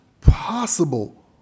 possible